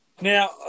Now